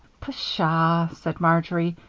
pshaw! said marjory.